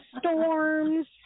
storms